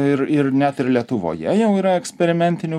ir ir net ir lietuvoje jau yra eksperimentinių